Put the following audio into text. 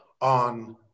on